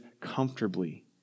comfortably